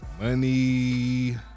Money